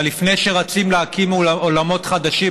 אבל לפני שרצים להקים עולמות חדשים,